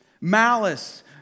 Malice